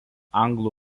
anglų